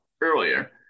earlier